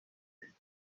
دهید